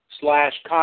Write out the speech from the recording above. slash